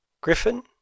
Griffin